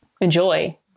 enjoy